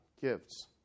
gifts